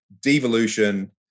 devolution